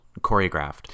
choreographed